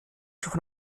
von